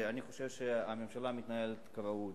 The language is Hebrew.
אני חושב שהממשלה מתנהלת כראוי.